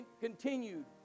continued